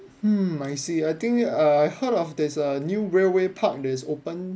hmm I see I think uh I heard of this uh new railway park that is opened